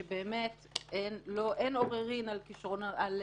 שבאמת אין עוררין על כישרונותיו,